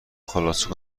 خلاصه